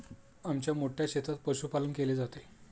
आमच्या मोठ्या शेतात पशुपालन केले जाते